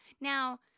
Now